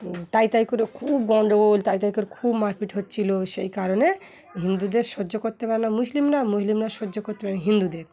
তাই তাই করে খুব গণ্ডগোল তাই তাই করে খুব মারপিট হচ্ছিলো সেই কারণে হিন্দুদের সহ্য করতে পারে না মুসলিমরা মুসলিমরা সহ্য করতে পারে না হিন্দুদের